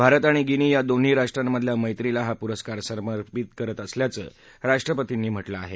भारत आणि गिनी या दोन्ही राष्ट्रांमधल्या मैत्रीला हा पुरस्कार समर्पित करत असल्याचं राष्ट्रपतींनी म्हटलं आहे